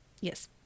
yes